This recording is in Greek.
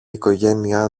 οικογένεια